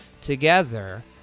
together